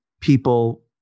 people